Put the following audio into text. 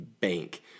bank